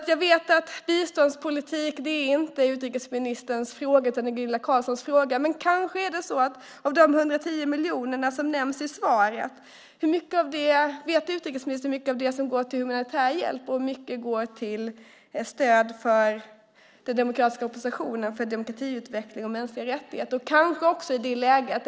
Jag vet att biståndspolitik inte är utrikesministerns fråga utan Gunilla Carlssons fråga. Men vet utrikesministern hur mycket av de 110 miljoner som nämns i svaret som går till humanitär hjälp och hur mycket som går till stöd för den demokratiska oppositionen, för demokratiutveckling och mänskliga rättigheter?